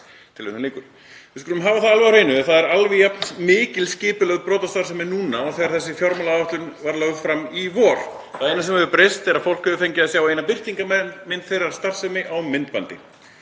þessu fjárlagaári.“ Við skulum hafa það alveg á hreinu að það er alveg jafn mikil skipulögð brotastarfsemi núna og þegar þessi fjármálaáætlun var lögð fram í vor. Það eina sem hefur breyst er að fólk hefur fengið að sjá eina birtingarmynd þeirrar starfsemi á myndbandi.